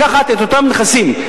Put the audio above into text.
לקחת את אותם נכסים,